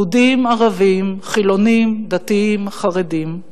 יהודים, ערבים, חילונים, דתיים, חרדים.